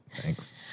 Thanks